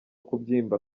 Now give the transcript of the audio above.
kubyimba